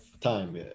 time